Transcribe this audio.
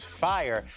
fire